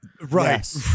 Right